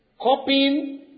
copying